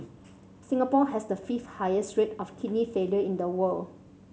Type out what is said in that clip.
Singapore has the fifth highest rate of kidney failure in the world